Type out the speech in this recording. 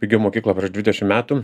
baigiau mokyklą prieš dvidešim metų